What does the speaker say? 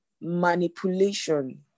manipulation